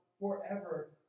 forever